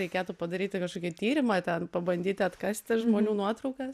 reikėtų padaryti kažkokį tyrimą ten pabandyti atkasti žmonių nuotraukas